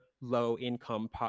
low-income